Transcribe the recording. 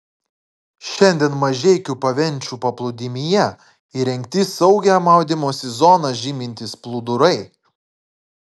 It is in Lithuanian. šiandien mažeikių pavenčių paplūdimyje įrengti saugią maudymosi zoną žymintys plūdurai